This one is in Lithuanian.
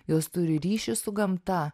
jos turi ryšį su gamta